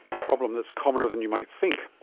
a problem that's commoner than you might think.